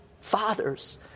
father's